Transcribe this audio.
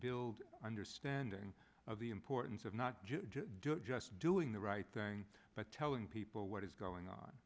build understanding of the importance of not just doing the right thing but telling people what is going on